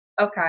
Okay